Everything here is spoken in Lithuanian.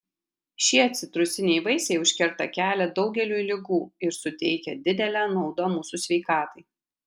šie citrusiniai vaisiai užkerta kelią daugeliui ligų ir suteikia didelę naudą mūsų sveikatai